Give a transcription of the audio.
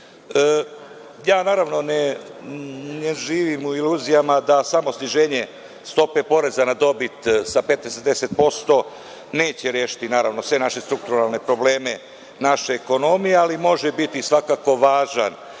izvoza. Ja ne živim u iluzijama da će samo sniženje stope poreza na dobit sa 15 na 10% rešiti sve naše strukturalne probleme naše ekonomije, ali može biti svakako važan